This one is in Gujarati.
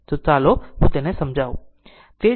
તો ચાલો હું તેને સમજાવું